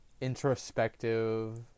introspective